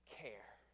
care